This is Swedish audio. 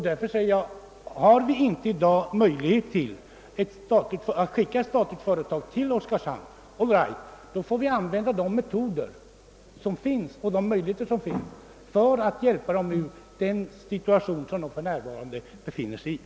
Därför säger jag: Har vi inte i dag möjlighet att lokali sera ett statligt företag till Oskarshamn får vi tillgripa de metoder som är möjliga för att på annat sätt hjälpa denna region ur den svåra situation som den för närvarande befinner sig i.